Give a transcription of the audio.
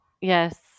Yes